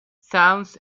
sounds